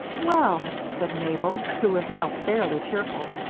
well, said mabel, who was now fairly cheerful,